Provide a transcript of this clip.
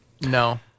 No